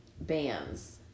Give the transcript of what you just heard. bands